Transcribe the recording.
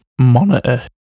monitor